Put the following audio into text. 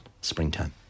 springtime